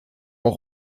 auch